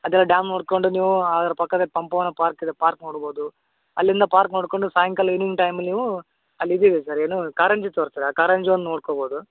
ಅದೆಲ್ಲ ಡ್ಯಾಮ್ ನೋಡಿಕೊಂಡು ನೀವು ಅದ್ರ ಪಕ್ಕದಲ್ಲಿ ಪಂಪವನ ಪಾರ್ಕ್ ಇದೆ ಪಾರ್ಕ್ ನೋಡ್ಬೋದು ಅಲ್ಲಿಂದ ಪಾರ್ಕ್ ನೋಡಿಕೊಂಡು ಸಾಯಂಕಾಲ ಈವ್ನಿಂಗ್ ಟೈಮ್ ನೀವು ಅಲ್ಲಿ ಇದು ಇದೆ ಸರ್ ಏನು ಕಾರಂಜಿ ತೋರ್ಸ್ತಾರೆ ಆ ಕಾರಂಜಿ ಒಂದು ನೋಡ್ಕೊಬೋದು